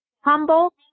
Humble